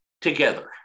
together